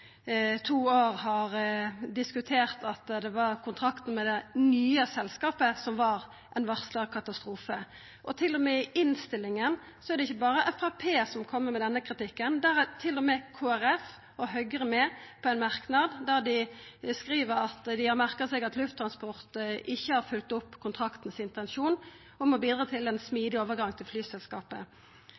to år har diskutert at det var kontrakten med det nye selskapet som var ein varsla katastrofe. Og i innstillinga er det ikkje berre Framstegspartiet som kjem med denne kritikken; der er til og med Kristeleg Folkeparti og Høgre med på ein merknad der dei skriv at dei har merka seg at Lufttransport ikkje har følgt opp kontraktens intensjonar om å bidra til ein smidig overgang til flyselskapet,